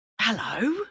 hello